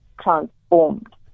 transformed